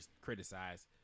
criticize